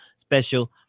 special